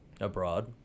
abroad